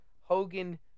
Hogan